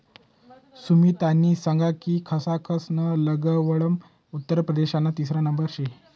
सुमितनी सांग कि खसखस ना लागवडमा उत्तर प्रदेशना तिसरा नंबर शे